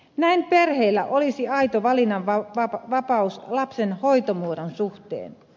näin perheillä olisi aito valinnanvapaus lapsen hoitomuodon suhteen